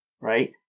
right